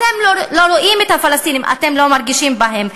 אתם לא רואים את הפלסטינים, אתם לא מרגישים בהם.